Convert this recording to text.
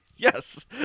Yes